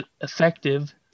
effective